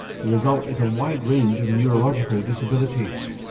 the result is a wide range of neurological disabilities.